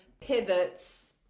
pivots